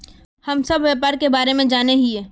हम सब व्यापार के बारे जाने हिये?